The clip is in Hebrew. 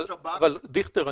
דיכטר,